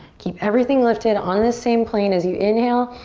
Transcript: keep everything lifted on this same plane as you inhale.